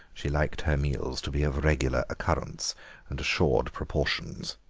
she liked her meals to be of regular occurrence and assured proportions.